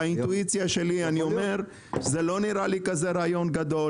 באינטואיציה שלי אני אומר שזה לא נראה לי כזה רעיון גדול,